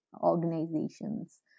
organizations